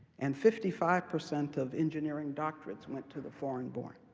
and fifty five percent of engineering doctorates went to the foreign-born.